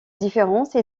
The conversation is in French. différence